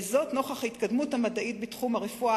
נוכח ההתקדמות המדעית בתחום הרפואה